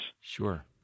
Sure